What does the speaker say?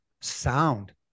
sound